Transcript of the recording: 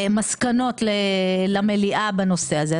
מסקנות למליאה בנושא הזה.